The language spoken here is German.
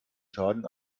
schaden